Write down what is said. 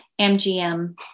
MGM